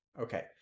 Okay